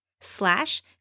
slash